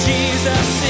Jesus